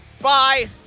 Bye